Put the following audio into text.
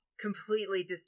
completely